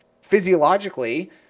physiologically